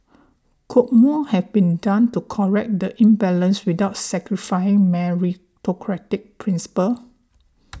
could more have been done to correct the imbalance without sacrificing meritocratic principles